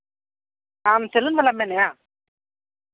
ᱟᱢ ᱥᱮᱞᱩᱱ ᱵᱟᱞᱟᱢ ᱢᱮᱱᱮᱜᱼᱟ